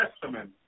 Testament